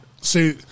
See